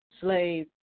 slave